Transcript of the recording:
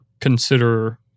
consider